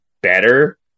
better